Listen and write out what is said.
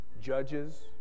judges